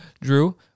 Drew